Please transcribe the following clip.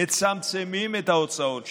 מצמצמים את ההוצאות שלהם,